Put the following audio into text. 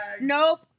Nope